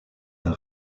d’un